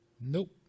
Nope